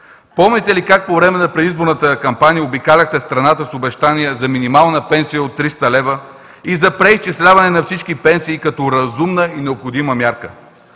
Помните ли как по време на предизборната кампания обикаляхте страната с обещания за минимална пенсия от 300 лв. и за преизчисляване на всички пенсии като разумна и необходима мярка?